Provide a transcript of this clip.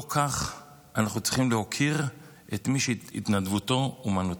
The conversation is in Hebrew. לא כך אנחנו צריכים להוקיר את מי שהתנדבותו אומנותו.